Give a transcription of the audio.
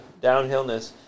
downhillness